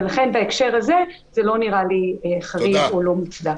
ולכן בהקשר הזה זה לא נראה לי חריג או לא מוצדק.